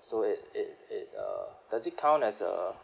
so it it it uh does it count as a